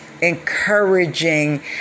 encouraging